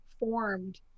formed